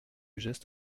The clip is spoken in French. geste